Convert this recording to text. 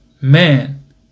man